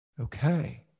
okay